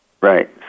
Right